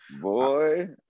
boy